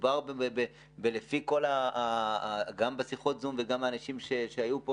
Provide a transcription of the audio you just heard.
מדובר גם בשיחות זום וגם מאנשים שהיו פה